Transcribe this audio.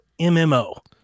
mmo